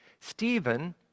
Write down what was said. Stephen